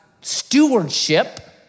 stewardship